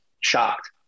shocked